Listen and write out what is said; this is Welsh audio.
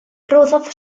rhoddodd